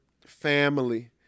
family